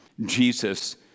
Jesus